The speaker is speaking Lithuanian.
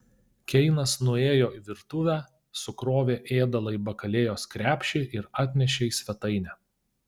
keinas nuėjo į virtuvę sukrovė ėdalą į bakalėjos krepšį ir atnešė į svetainę